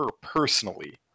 personally